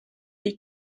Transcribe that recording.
die